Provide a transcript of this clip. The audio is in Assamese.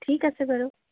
ঠিক আছে বাৰু